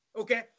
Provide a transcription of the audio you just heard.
okay